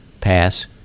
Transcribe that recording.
pass